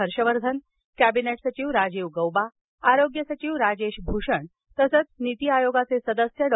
Harshvardhan cabinet सचिव राजीव गौबा आरोग्य सचिव राजेश भूषण तसेच नीती आयोग सदस्य डॉ